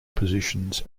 positions